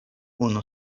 unu